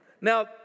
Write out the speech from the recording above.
Now